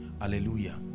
hallelujah